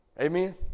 Amen